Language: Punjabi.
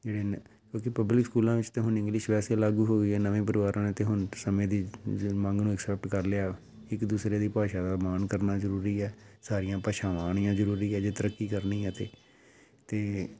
ਜਿਹੜੇ ਨੇ ਕਿਉਂਕਿ ਪਬਲਿਕ ਸਕੂਲਾਂਂ ਵਿੱਚ ਤਾਂ ਹੁਣ ਇੰਗਲਿਸ਼ ਵੈਸੇ ਲਾਗੂ ਹੋ ਗਈ ਨਵੇਂ ਪਰਿਵਾਰਾਂ ਨੇ ਤਾਂ ਹੁਣ ਸਮੇਂ ਦੀ ਮਤਲਬ ਮੰਗ ਨੂੰ ਅਸੈਪਟ ਕਰ ਲਿਆ ਇੱਕ ਦੂਸਰੇ ਦੀ ਭਾਸ਼ਾ ਦਾ ਮਾਣ ਕਰਨਾ ਜ਼ਰੂਰੀ ਹੈ ਸਾਰੀਆਂ ਭਾਸ਼ਾਵਾਂ ਆਉਣੀਆਂ ਜ਼ਰੂਰੀ ਹੈ ਜੇ ਤਰੱਕੀ ਕਰਨੀ ਹੈ ਤਾਂ ਅਤੇ